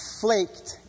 flaked